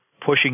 pushing